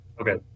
Okay